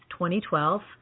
2012